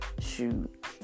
shoot